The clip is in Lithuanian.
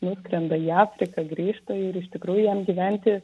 nuskrenda į afriką grįžta ir iš tikrųjų jam gyventi